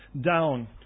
down